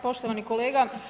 Poštovani kolega.